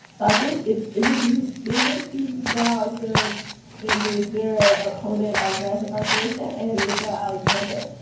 so i think it's is it newt gingrich who's now like the the major opponent of mass incarceration? and michelle alexander.